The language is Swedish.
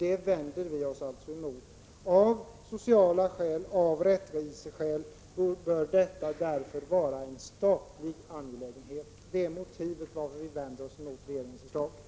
Av sociala skäl och av rättviseskäl bör bostadsanpassningsbidragen därför vara en statlig angelägenhet. Det är motivet för att vi vänder oss mot regeringens förslag.